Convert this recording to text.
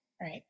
Right